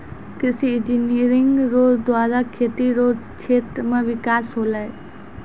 कृषि इंजीनियरिंग रो द्वारा खेती रो क्षेत्र मे बिकास होलै